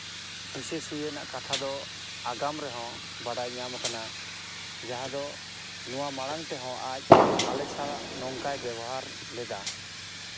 ᱦᱤᱸᱥᱟᱹ ᱥᱩᱭᱟᱹ ᱨᱮᱱᱟᱜ ᱠᱟᱛᱷᱟ ᱫᱚ ᱟᱜᱟᱢ ᱨᱮᱦᱚᱸ ᱵᱟᱰᱟᱭ ᱧᱟᱢ ᱠᱟᱱᱟ ᱡᱟᱦᱟᱸ ᱫᱚ ᱱᱚᱣᱟ ᱢᱟᱲᱟᱝ ᱛᱮᱦᱚᱸ ᱟᱡ ᱟᱞᱮ ᱥᱟᱞᱟᱜ ᱱᱚᱝᱠᱟᱭ ᱵᱮᱵᱚᱦᱟᱨ ᱞᱮᱫᱟ